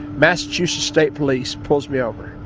massachusetts state police pulls me over,